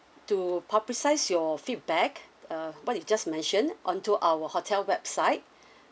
to publicise your feedback uh what you've just mentioned onto our hotel website